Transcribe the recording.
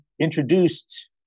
introduced